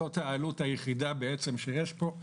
זאת העלות היחידה בעצם שיש פה.